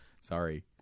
sorry